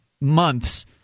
months